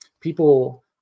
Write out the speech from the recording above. people